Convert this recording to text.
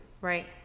right